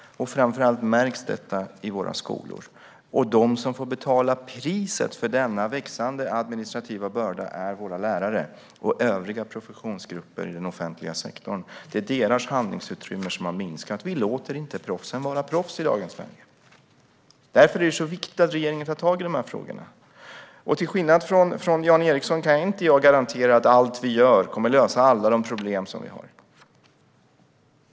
Framför allt märks det i våra skolor. De som får betala priset för denna växande administrativa börda är våra lärare och övriga professionsgrupper i den offentliga sektorn. Deras handlingsutrymme har minskat. Vi låter inte proffsen vara proffs i dagens Sverige. Därför är det så viktigt att regeringen tar tag i dessa frågor. Till skillnad från Jan Ericson kan jag inte garantera att allt vi gör kommer att lösa alla problem.